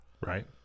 Right